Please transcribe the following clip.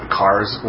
cars